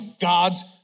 God's